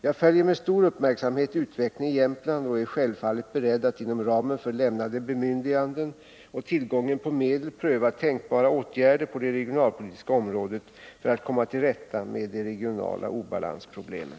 Jag följer med stor uppmärksamhet utvecklingen i Jämtland och är självfallet beredd att inom ramen för lämnade bemyndiganden och tillgången på medel pröva tänkbara åtgärder på det regionalpolitiska området för att komma till rätta med de regionala obalansproblemen.